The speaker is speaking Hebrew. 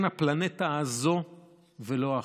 כן, הפלנטה הזאת ולא אחרת.